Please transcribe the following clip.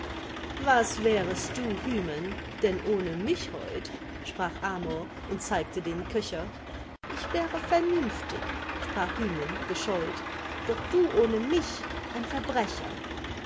was wärest du hymen denn ohne mich heut sprach amor und zeigte den köcher ich wäre vernünftig sprach hymen gescheut doch du ohne mich ein verbrecher